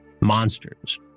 monsters